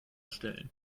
stellen